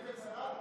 שנמצאים בצרה,